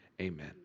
Amen